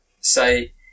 Say